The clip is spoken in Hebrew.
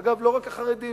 אגב, לא רק החרדים.